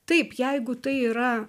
taip jeigu tai yra